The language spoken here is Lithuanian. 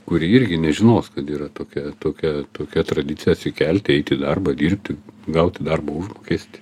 kuri irgi nežinos kad yra tokia tokia tokia tradicija atsikelti eiti į darbą dirbti gauti darbo užmokestį